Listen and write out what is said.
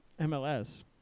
MLS